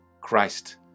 Christ